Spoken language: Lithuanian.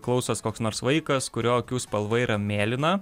klausos koks nors vaikas kurio akių spalva yra mėlyna